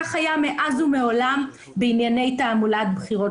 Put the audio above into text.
כך היה מאז ומעולם בענייני תעמולת בחירות.